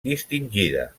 distingida